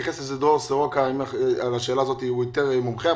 דרור סורוקה יתייחס לשאלה הזאת, הוא יותר מומחה.